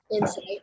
insight